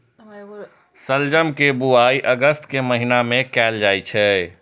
शलजम के बुआइ अगस्त के महीना मे कैल जाइ छै